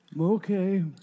Okay